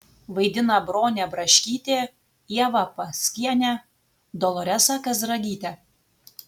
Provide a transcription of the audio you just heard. vaidina bronė braškytė ieva paskienė doloresa kazragytė